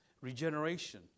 regeneration